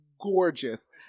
gorgeous